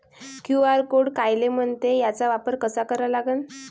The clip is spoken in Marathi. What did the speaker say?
क्यू.आर कोड कायले म्हनते, त्याचा वापर कसा करा लागन?